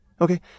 Okay